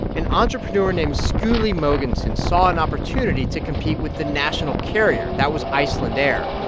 an entrepreneur named skuli mogensen saw an opportunity to compete with the national carrier. that was iceland air.